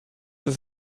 ist